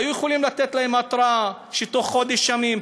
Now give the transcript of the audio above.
היו יכולים לתת להם התראה: תוך חודש ימים,